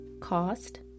Cost